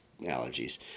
allergies